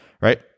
right